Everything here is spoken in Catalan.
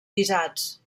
guisats